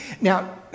Now